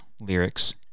lyrics